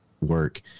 work